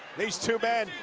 these two men,